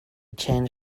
change